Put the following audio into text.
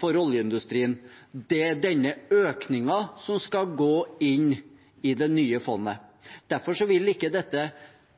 for oljeindustrien. Det er denne økningen som skal gå inn i det nye fondet. Derfor vil ikke dette